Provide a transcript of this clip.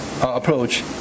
approach